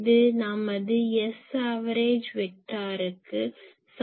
இது நமது Saverage வெக்டாருக்கு சமமாகும்